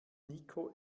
niko